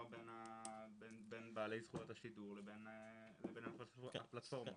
בין בעלי זכויות השידור לבין הפלטפורמות.